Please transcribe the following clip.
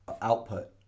output